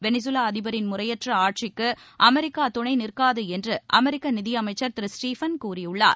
வெளிகலா அதிபரின் முறையற்ற ஆட்சிக்கு அமெரிக்கா துணை நிற்காது என்று அமெரிக்க நிதியமைச்சர் திரு ஸ்டீவன் முன்ச்சின் கூறியுள்ளார்